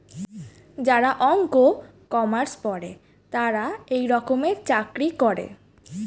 যারা অঙ্ক, কমার্স পরে তারা এই রকমের চাকরি করে